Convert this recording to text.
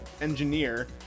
engineer